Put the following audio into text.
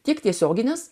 tiek tiesioginius